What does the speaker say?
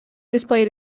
displayed